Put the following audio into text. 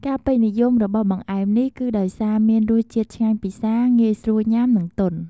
ការពេញនិយមរបស់បង្អែមនេះគឺដោយសារ មានរស់ជាតិឆ្ងាញ់ពិសា ងាយស្រួលញុាំ និងទន់ ។